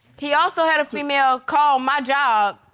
he also had a female call my job,